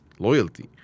Loyalty